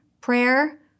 prayer